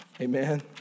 Amen